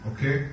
Okay